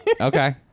Okay